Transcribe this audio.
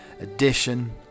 edition